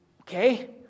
Okay